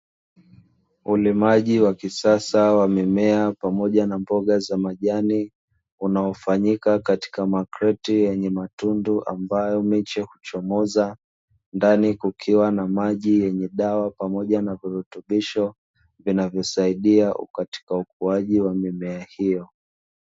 Ulimaji wa kisasa wamimea pamoja na mboga za majani, unaofanyika katika makreti yenye matundu, ambayo miche kuchomoza ndani kukiwa na maji yenye dawa pamoja na virutubisho, vinavyosaidia katika ukuaji wa mimea hiyo.